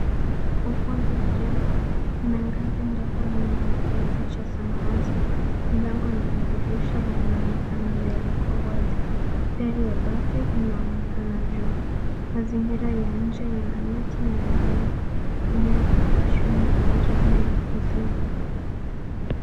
Ukumbi wa jengo na ngazi ndogo yenye mizuizi cha samawati , milango na madirisha yanaonekana mbele kwa wazi, dari ya bati inaonekana juu, mazingira ya nje yana miti na mimea, inaeza kuwa shule au jengo la ofisi.